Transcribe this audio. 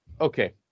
okay